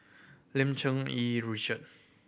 Lim Cherng Yih Richard